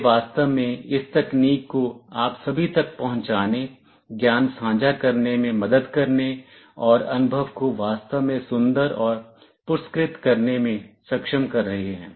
वे वास्तव में इस तकनीक को आप सभी तक पहुंचाने ज्ञान साझा करने में मदद करने और अनुभव को वास्तव में सुंदर और पुरस्कृत करने में सक्षम कर रहे हैं